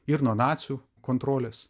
ir nuo nacių kontrolės